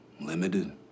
limited